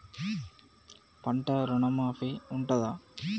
పంట ఋణం మాఫీ ఉంటదా?